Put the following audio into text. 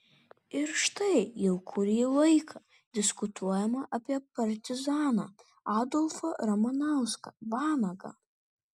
ir štai jau kurį laiką diskutuojama apie partizaną adolfą ramanauską vanagą